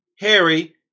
Harry